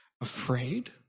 afraid